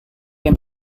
yang